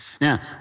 Now